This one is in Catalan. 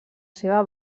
seva